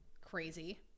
crazy